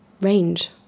range